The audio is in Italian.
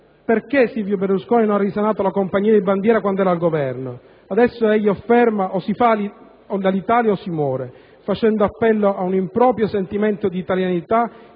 perché Silvio Berlusconi non abbia risanato la compagnia di bandiera quando era al Governo. Adesso egli afferma che o si fa l'Alitalia o si muore, facendo appello ad un improprio sentimento di italianità che costerebbe